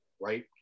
right